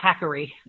hackery